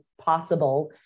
possible